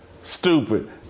stupid